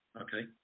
okay